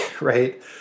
right